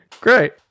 Great